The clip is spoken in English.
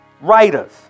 Writers